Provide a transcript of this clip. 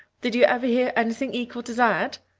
did you ever hear anything equal to that?